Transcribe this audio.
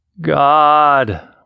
God